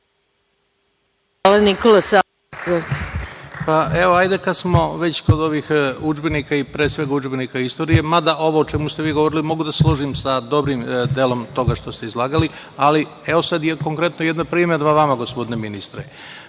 Evo kada smo već kod ovih udžbenika i pre svega udžbenika istorije. Mada ovo o čemu ste vi govorili mogu da se složim sa dobrim delom toga što ste izlagali, ali evo konkretno jedana primedba vama gospodine ministre. Pre